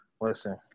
listen